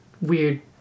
weird